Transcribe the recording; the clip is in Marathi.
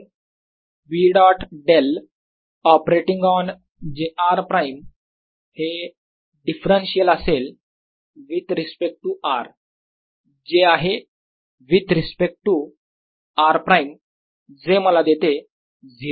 Bx∂xBy∂yBz∂z Ajr Br rr r3 म्हणून B dot del operating on j r prime हे डिफरन्शियल असेल with respect to r j आहे with respect to r prime जे मला देते 0